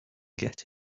get